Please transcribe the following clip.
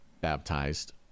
baptized